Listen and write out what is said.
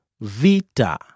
vita